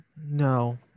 No